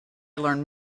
learn